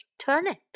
turnip